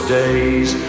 days